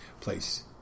place